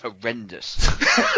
horrendous